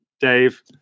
Dave